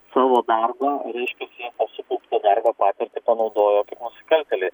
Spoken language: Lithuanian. savo darbą reiškias jie tą sukauptą darbo patirtį panaudojo kaip nusikaltėliai